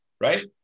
right